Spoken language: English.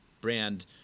brand